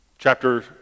Chapter